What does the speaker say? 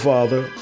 Father